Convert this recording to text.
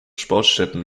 sportstätten